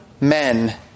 men